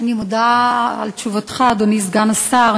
אני מודה על תשובתך, אדוני סגן השר.